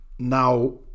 now